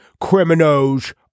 Criminals